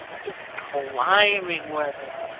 it's climbing weather.